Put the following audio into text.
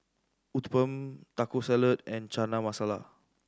Uthapam Taco Salad and Chana Masala